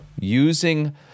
using